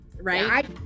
Right